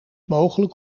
mogelijk